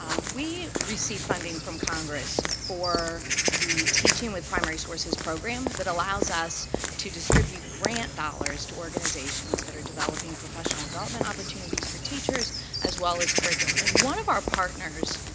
ah we receive funding from congress for the teaching with primary sources program that allows us to distribute grant dollars to organizations that are developing professional development opportunities for teachers as well as curriculum. and one of our partners,